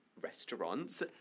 restaurants